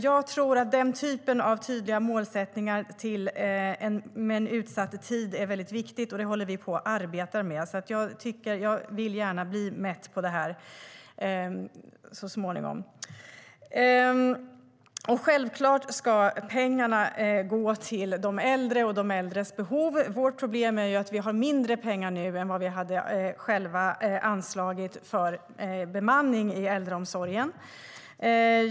Jag tror att den typen av tydliga målsättningar med en utsatt tid är viktiga. Vi håller på att arbeta med detta, och jag vill gärna bli mätt utifrån det så småningom. Självfallet ska pengarna gå till de äldre och de äldres behov. Vårt problem är att vi har mindre pengar nu än vad vi själva hade anslagit för bemanning i äldreomsorgen.